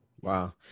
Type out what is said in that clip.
Wow